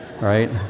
right